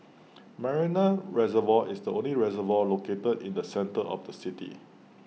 Marina Reservoir is the only reservoir located in the centre of the city